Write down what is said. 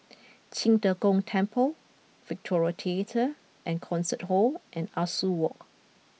Qing De Gong Temple Victoria Theatre and Concert Hall and Ah Soo Walk